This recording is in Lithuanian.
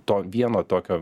to vieno tokio